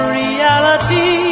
reality